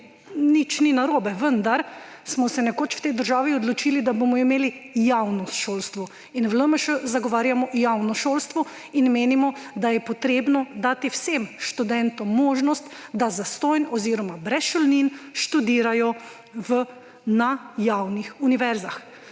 nič ni narobe, vendar smo se nekoč v tej državi odločili, da bomo imeli javno šolstvo in v LMŠ zagovarjamo javno šolstvo in menimo, da je potrebno dati vsem študentom možnost, da zastonj oziroma brez šolnin študirajo na javnih univerzah.